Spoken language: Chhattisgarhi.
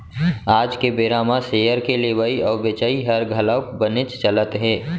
आज के बेरा म सेयर के लेवई अउ बेचई हर घलौक बनेच चलत हे